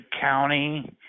County